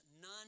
none